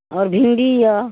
आओर भिण्डी यए